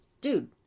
dude